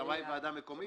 שמאי ועדה מקומית.